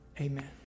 Amen